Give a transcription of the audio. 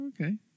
Okay